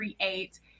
create